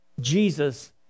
Jesus